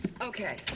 Okay